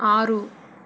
ఆరు